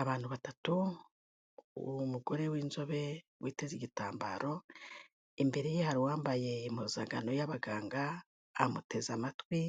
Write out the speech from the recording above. Abantu batatu umugore w'inzobe witeze igitambaro, imbere ye hari uwambaye impuzankano y'abaganga amuteze amatwi,